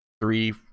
three